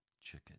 chicken